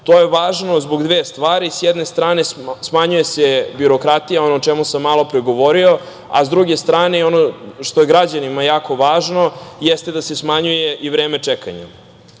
je važno zbog dve stvari, s jedne strane smanjuje se birokratija, ono o čemu sam malopre govorio, a s druge strane, ono što je građanima jako važno, jeste da se smanjuje vreme čekanja. Naveo